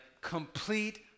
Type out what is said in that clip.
complete